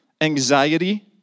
anxiety